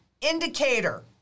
indicator